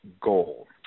goal